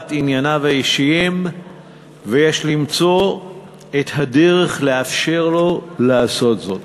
ענייניו האישיים ויש למצוא את הדרך לאפשר לו לעשות זאת.